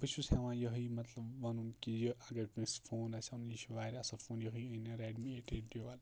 بہٕ چھُس ہٮ۪وان یِہے مطلب وَنُن کہِ یہِ اگر کٲنٛسہِ فون آسہِ اَنُن یہِ چھُ واریاہ اَصٕل فون یِہے أنِتھ ریٚڈ می ایٹ ایٹ وَن